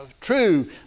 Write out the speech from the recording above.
true